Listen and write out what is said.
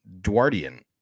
duardian